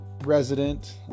resident